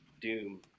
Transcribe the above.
doom